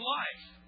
life